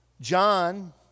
John